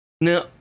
now